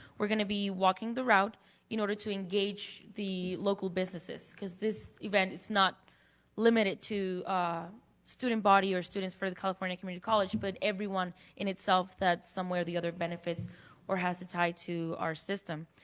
we're going to be walking the route in order to engage the local businesses cause this event is not limited to student body or students for the california community college but everyone in itself that someway or the other benefits or has tied to our system.